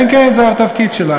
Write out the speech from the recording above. כן, כן, זה התפקיד שלו.